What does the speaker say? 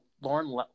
Lauren